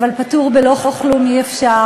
אבל פטור בלא כלום אי-אפשר.